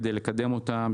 כדי לקדם אותם,